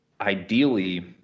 ideally